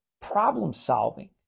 problem-solving